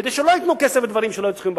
כדי שלא ייתנו כסף לדברים שלא צריכים,